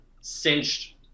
cinched